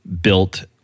built